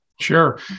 Sure